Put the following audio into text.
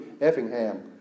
Effingham